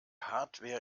hardware